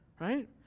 Right